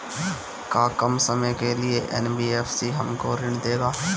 का कम समय के लिए एन.बी.एफ.सी हमको ऋण देगा?